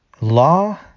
law